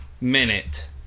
minute